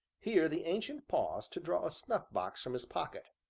here the ancient paused to draw a snuff-box from his pocket,